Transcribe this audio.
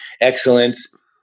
excellence